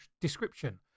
description